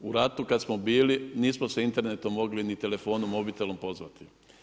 U ratu kad smo bili nismo se internetom mogli ni telefonom, mobitelom pozvati.